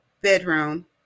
bedroom